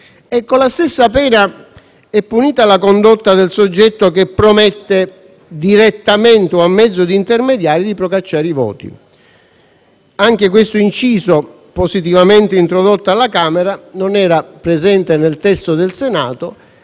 e con la stessa pena è punita la condotta del soggetto che promette, direttamente o a mezzo di intermediari, di procacciare i voti. Anche questo inciso, positivamente introdotto alla Camera (non era presente nel testo del Senato),